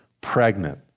pregnant